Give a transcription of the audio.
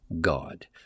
God